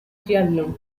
triatlón